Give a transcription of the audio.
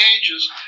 ages